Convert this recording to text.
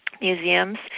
museums